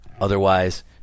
Otherwise